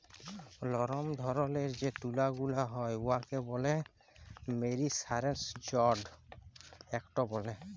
লরম ধরলের যে তুলা গুলা হ্যয় উয়াকে ব্যলে মেরিসারেস্জড কটল ব্যলে